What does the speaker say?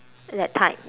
that type